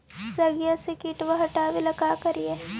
सगिया से किटवा हाटाबेला का कारिये?